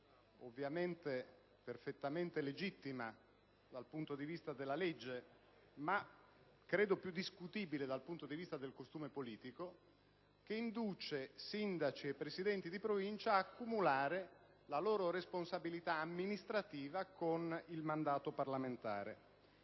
ovviamente perfettamente legittima dal punto di vista della legge, ma credo più discutibile dal punto di vista del costume politico - che induce sindaci e presidenti di Provincia a cumulare la loro responsabilità amministrativa con il mandato parlamentare.